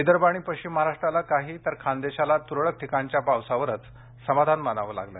विदर्भ आणि पश्चिम महाराष्ट्राला काही तर खान्देशाला तुरळक ठिकाणच्या पावसावरच समाधान मानावं लागलं